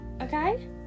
Okay